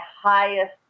highest